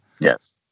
Yes